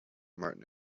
martin